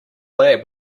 lab